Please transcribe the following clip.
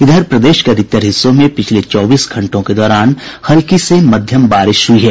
इधर प्रदेश के अधिकतर हिस्सों में पिछले चौबीस घंटों के दौरान हल्की से मध्यम बारिश हुयी है